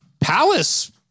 Palace